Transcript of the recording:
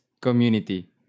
community